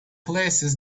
places